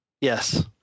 Yes